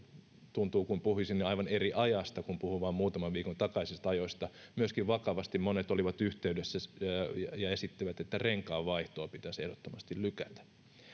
tuntuu kuin puhuisimme aivan eri ajasta kun puhun vain muutaman viikon takaisista ajoista myöskin vakavasti monet olivat yhteydessä ja esittivät että renkaanvaihtoa pitäisi ehdottomasti lykätä